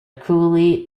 cruelly